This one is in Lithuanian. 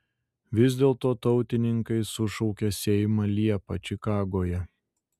vis dėlto tautininkai sušaukė seimą liepą čikagoje